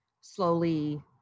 slowly